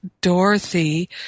Dorothy